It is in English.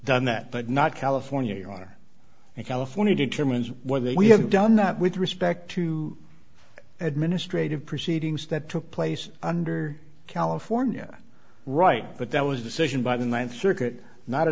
done that but not california are and california determines whether we have done that with respect to administrative proceedings that took place under california right but that was a decision by the th circuit not a